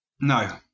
No